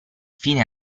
fine